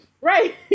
Right